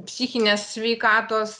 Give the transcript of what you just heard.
psichinės sveikatos